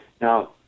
Now